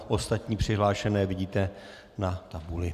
Ostatní přihlášené vidíte na tabuli.